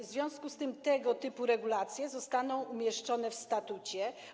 W związku z tym tego typu regulacje zostaną umieszczone w statucie.